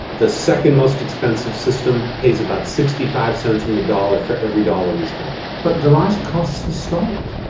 the second most expensive system pays about sixty five c in the dollar for every dollar we spend. but the rise in costs has stalled.